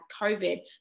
COVID